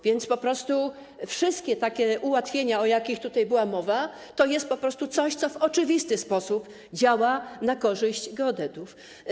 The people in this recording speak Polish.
Wszystkie takie ułatwienia, o jakich tutaj była mowa, to jest po prostu coś, co w oczywisty sposób działa na korzyść geodetów.